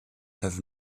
have